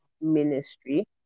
ministry